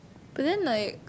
but then like